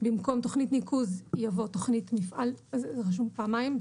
במקום "תכנית ניקוז" יבוא "תכנית מפעל ניקוז" - זה רשום פעמיים,